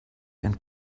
and